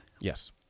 Yes